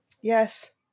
Yes